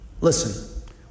Listen